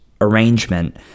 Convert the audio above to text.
arrangement